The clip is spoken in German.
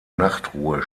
nachtruhe